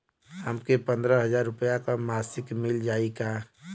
हमके पन्द्रह हजार रूपया क मासिक मिल जाई का?